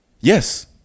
yes